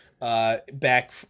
Back